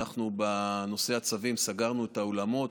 בנושא הצווים סגרנו את האולמות.